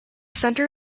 center